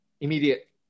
immediate